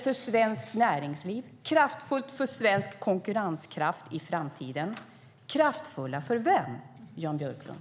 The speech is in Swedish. För svenskt näringsliv? För svensk konkurrenskraft i framtiden? Kraftfulla för vem, Jan Björklund?